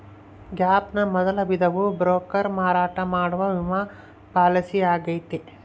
gap ನ ಮೊದಲ ವಿಧವು ಬ್ರೋಕರ್ ಮಾರಾಟ ಮಾಡುವ ವಿಮಾ ಪಾಲಿಸಿಯಾಗೈತೆ